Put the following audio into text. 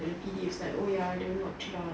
then the P_D was like on ya the what three dollars